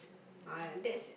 uh that's